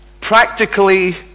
practically